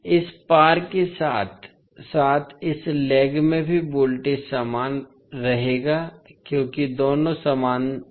इस पार के साथ साथ इस लेग में भी वोल्टेज समान रहेगा क्योंकि दोनों समानांतर हैं